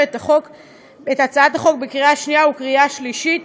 את הצעת החוק בקריאה שנייה ובקריאה שלישית,